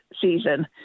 season